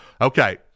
okay